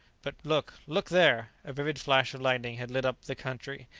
but look, look there! a vivid flash of lightning had lit up the country,